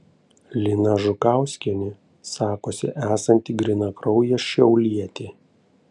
lina žukauskienė sakosi esanti grynakraujė šiaulietė